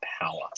power